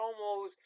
promos